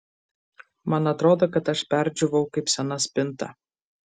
man atrodo kad aš perdžiūvau kaip sena spinta